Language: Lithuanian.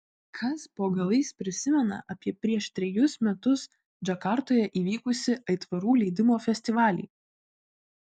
kas po galais prisimena apie prieš trejus metus džakartoje įvykusį aitvarų leidimo festivalį